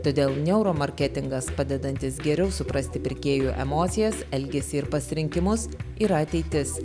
todėl neuromarketingas padedantis geriau suprasti pirkėjų emocijas elgesį ir pasirinkimus yra ateitis